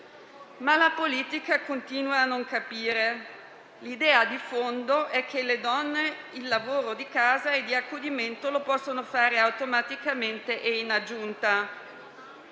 ma la politica continua a non capire. L'idea di fondo è che le donne il lavoro di casa e di accudimento lo possono fare automaticamente e in aggiunta.